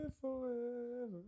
Forever